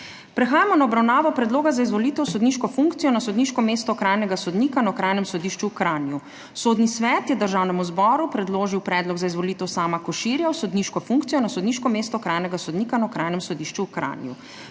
Prehajamo na obravnavo Predloga za izvolitev v sodniško funkcijo na sodniško mesto okrajne sodnice na Okrajnem sodišču v Kopru. Sodni svet je Državnemu zboru predložil predlog za izvolitev mag. Tanje Smiljanić v sodniško funkcijo na sodniško mesto okrajne sodnice na Okrajnem sodišču v Kopru.